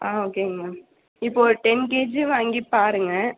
ஆ ஓகேங்க மேம் இப்போது ஒரு டென் கேஜி வாங்கிப்பாருங்க